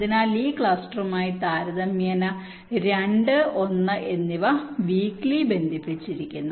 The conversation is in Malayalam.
അതിനാൽ ഈ ക്ലസ്റ്ററുകളുമായി താരതമ്യേന 2 1 എന്നിവ വീക്കിലി ബന്ധിപ്പിച്ചിരിക്കുന്നു